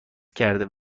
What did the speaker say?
کرده